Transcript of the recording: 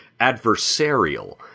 adversarial